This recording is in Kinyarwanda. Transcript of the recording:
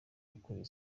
ukuriye